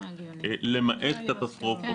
למעט קטסטרופה.